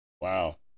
Wow